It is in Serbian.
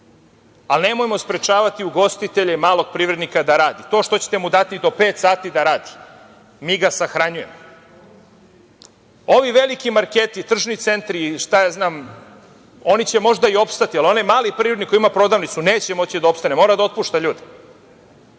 ali nemojmo sprečavati ugostitelje i malog privrednika da radi. To što ćete mu dati do pet sati da radi, mi ga sahranjujemo. Ovi veliki marketi i tržni centri, oni će možda i opstati, ali onaj mali privrednik koji ima prodavnicu neće moći da opstane, mora da otpušta ljude.